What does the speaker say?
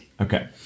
Okay